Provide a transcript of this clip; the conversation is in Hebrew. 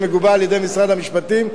שמגובה על-ידי משרד המשפטים,